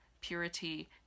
purity